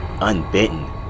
unbitten